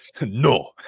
no